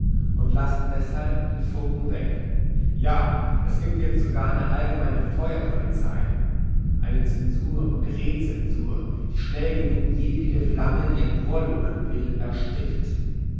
und lassen deshalb den funken weg ja es giebt jetzt sogar eine allgemeine feuerpolizei eine zensur und rezensur die schnell genug jedwede flamme die emporlodern will erstickt